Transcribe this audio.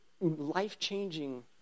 life-changing